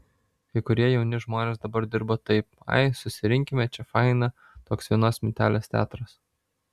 kai kurie jauni žmonės dabar dirba taip ai susirinkime čia faina toks vienos mintelės teatras